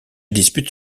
dispute